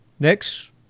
Next